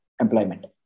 employment